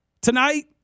tonight